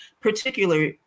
particular